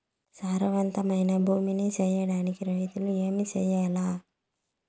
సారవంతమైన భూమి నీ సేయడానికి రైతుగా ఏమి చెయల్ల?